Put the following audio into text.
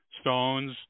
stones